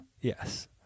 Yes